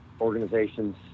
organizations